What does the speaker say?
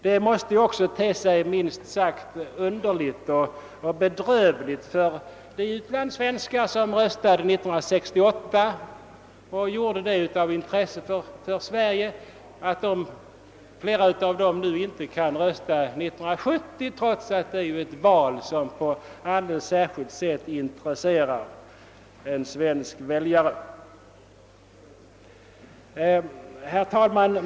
Det måste också te sig minst sagt underligt och bedrövligt för de utlandssvenskar som röstade 1968 och därmed visade sitt intresse för Sverige att många av dem inte får rösta 1970, trots att detta års val har ett alldeles särskilt intresse för de svenska väljarna. Herr talman!